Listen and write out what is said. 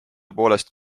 poolest